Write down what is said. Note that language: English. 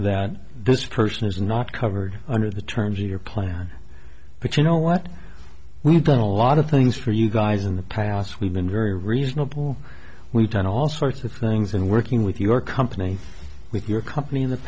that this person is not covered under the terms of your plan but you know what we've done a lot of things for you guys in the past we've been very reasonable we've done all sorts of things in working with your company with your company in the